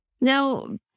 Now